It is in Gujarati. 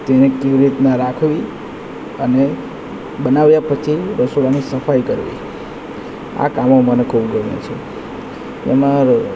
તેને કેવી રીતના રાખવી અને બનાવ્યા પછી રસોડામાં સફાઇ કરવી આ કામો મને ખૂબ ગમે છે એમાં